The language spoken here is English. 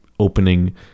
Opening